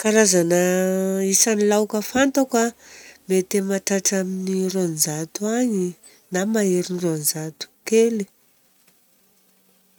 Karazana isan'ny laoka fantako a mety mahatratra amin'ny roanjato agny, na maherin'ny roanjato kely.